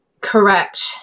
correct